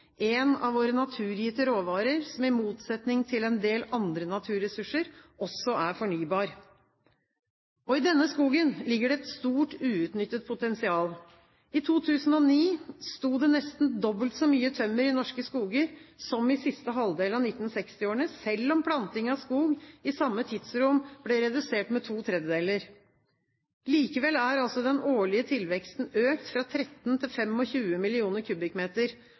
en av våre naturgitte råvarer, som i motsetning til en del andre naturressurser også er fornybar. I denne skogen ligger det et stort uutnyttet potensial. I 2009 sto det nesten dobbelt så mye tømmer i norske skoger som i siste halvdel av 1960-årene, selv om planting av skog i samme tidsrom ble redusert med to tredjedeler. Likevel er den årlige tilveksten økt fra 13 millioner til 25 millioner kubikkmeter. Det skyldes bl.a. at hogsten bare er på 10 millioner kubikkmeter